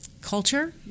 culture